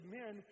men